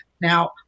Now